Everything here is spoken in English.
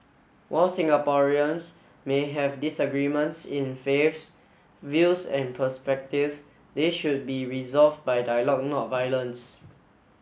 while Singaporeans may have disagreements in faiths views and perspectives they should be resolved by dialogue not violence